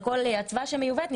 לכל אצווה שמיובאת,